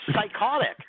psychotic